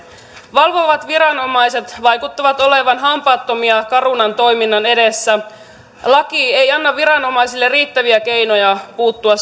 valvovat viranomaiset vaikuttavat olevan hampaattomia carunan toiminnan edessä laki ei anna viranomaisille riittäviä keinoja puuttua